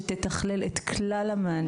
שתתכלל את כלל המענים,